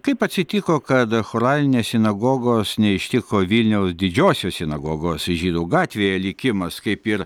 kaip atsitiko kad choralinės sinagogos neištiko vilniaus didžiosios sinagogos žydų gatvėje likimas kaip ir